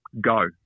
go